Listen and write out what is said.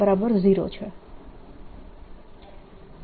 B0 છે